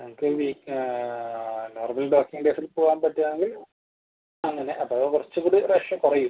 നമുക്ക് ഈ week normal working ഡേയ്സിൽ പോവാൻ പറ്റുവാണെങ്കിൽ അങ്ങനെ അപ്പം കുറച്ച് കൂടി റഷ് കുറയും